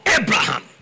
Abraham